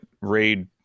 Raid